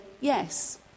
yes